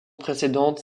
précédentes